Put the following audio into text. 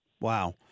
Wow